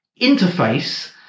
interface